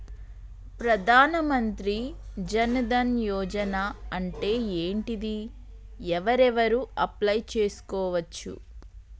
ప్రధాన మంత్రి జన్ ధన్ యోజన అంటే ఏంటిది? ఎవరెవరు అప్లయ్ చేస్కోవచ్చు?